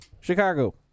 Chicago